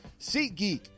SeatGeek